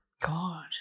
God